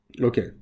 okay